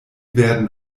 werden